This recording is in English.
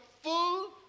full